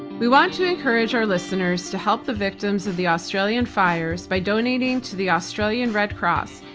we want to encourage our listeners to help the victims of the australian fires by donating to the australian red cross,